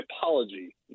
apology